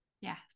Yes